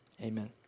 Amen